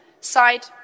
side